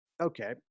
Okay